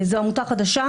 זו עמותה חדשה,